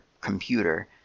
computer